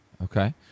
Okay